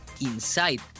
inside